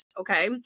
Okay